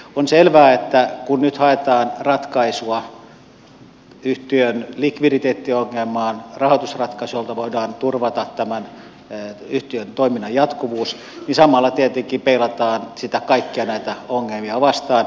on selvää että kun nyt haetaan ratkaisua yhtiön likviditeettiongelmaan rahoitusratkaisua jolla voidaan turvata tämän yhtiön toiminnan jatkuvuus niin samalla tietenkin peilataan sitä kaikkia näitä ongelmia vastaan